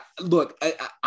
Look